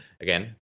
Again